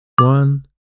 One